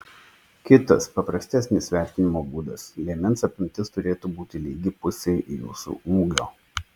kitas paprastesnis vertinimo būdas liemens apimtis turėtų būti lygi pusei jūsų ūgio